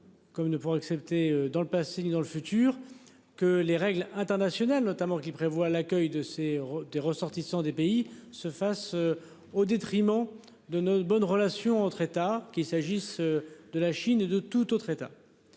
nous ne pouvons accepter dans le passé dans le futur que les règles internationales notamment qui prévoit l'accueil de ces des ressortissants des pays se fasse au détriment de nos bonnes relations entre États qu'il s'agisse. De la Chine et de tout autre État.